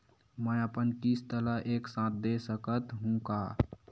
मै अपन किस्त ल एक साथ दे सकत हु का?